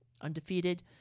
undefeated